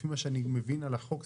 לפי מה שאני מבין על החוק,